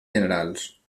generals